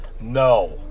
No